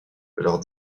leurs